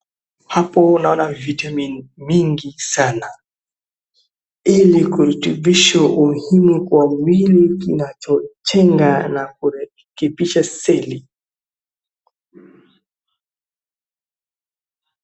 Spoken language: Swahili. Hapo naona vitamin mingi sana, ili kurutubisha umuhimu kwa mwili na kujenga na kurekebisha seli.